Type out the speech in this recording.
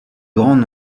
grands